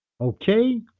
Okay